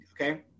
Okay